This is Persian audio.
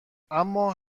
اما